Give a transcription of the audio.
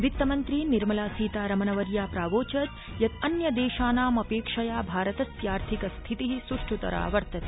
वित्तमन्त्री निर्मला सीतारमनवर्या प्रावोचत् यत् अन्यदेशानामपेक्षया भारतस्यार्थिक स्थिति सुष्ठुतरा वर्तते